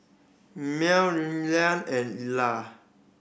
Mell Leyla and Ila